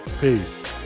Peace